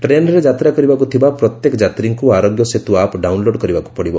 ଟ୍ରେନ୍ରେ ଯାତ୍ରା କରିବାକୁ ଥିବା ପ୍ରତ୍ୟେକ ଯାତ୍ରୀଙ୍କୁ ଆରୋଗ୍ୟସେତୁ ଆପ୍ ଡାଉନ୍ଲୋଡ କରିବାକୁ ପଡିବ